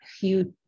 huge